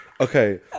okay